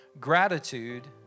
Gratitude